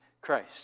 Christ